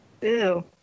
Ew